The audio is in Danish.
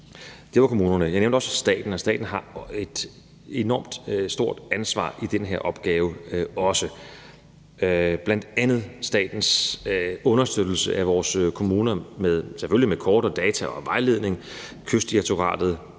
Det var kommunerne. Kl. 09:08 Jeg nævnte også staten. Og staten har også et enormt stort ansvar i forhold til den her opgave, bl.a. statens understøttelse af vores kommuner, selvfølgelig med kort, data og vejledning. Kystdirektoratet